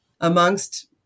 Amongst